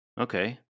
okay